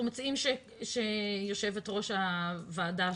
אנחנו מציעים שיושבת-ראש הוועדה,